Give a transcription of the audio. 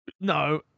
No